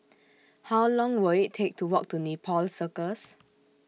How Long Will IT Take to Walk to Nepal Circus